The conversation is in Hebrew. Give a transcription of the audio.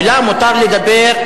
ולה מותר לדבר,